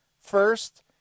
first